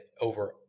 Over